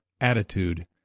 Attitude